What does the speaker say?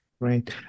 Right